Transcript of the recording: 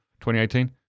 2018